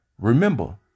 Remember